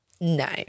no